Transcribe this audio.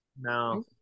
No